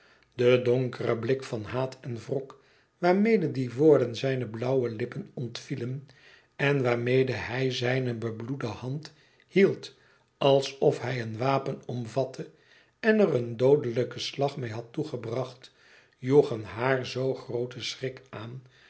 de donkere blik van haat en wrok waarmede die woorden zijne blauwe lippen ontvielen en waarmede hij zijne bebloede hand hield alsof hij een wapen omvatte en er een doodelijken slag mee had toegebracht joegen haar zoo grooten schrik aan